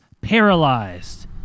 paralyzed